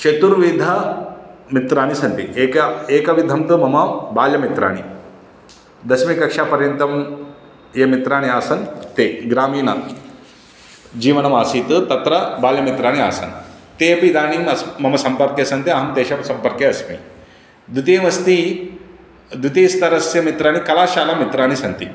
चतुर्विधमित्राणि सन्ति एकम् एकविधन्तु मम बाल्यमित्राणि दशमीकक्षापर्यन्तं ये मित्राणि आसन् ते ग्रामीणं जीवनमासीत् तत्र बाल्यमित्राणि आसन् ते अपि इदानीम् अस्म् मम संपर्के सन्ति अहं तेषां सम्पर्के अस्मि द्वितीयमस्ति द्वितीयस्तरस्य मित्राणि कलाशालामित्राणि सन्ति